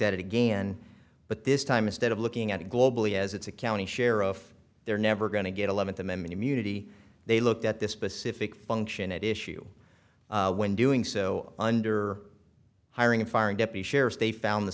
at it again but this time instead of looking at it globally as it's a county sheriff they're never going to get eleventh amendment immunity they looked at this specific function at issue when doing so under hiring and firing deputy sheriffs they found the